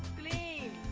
believe?